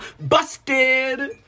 Busted